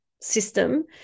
system